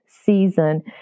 season